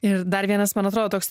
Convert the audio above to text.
ir dar vienas man atrodo toks